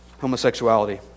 homosexuality